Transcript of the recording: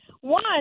One